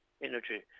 energy